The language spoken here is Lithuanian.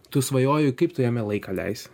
tu svajoji kaip tu jame laiką leisi